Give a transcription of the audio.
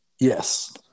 Yes